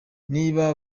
niba